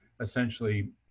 essentially